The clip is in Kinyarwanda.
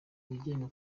wigenga